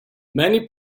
many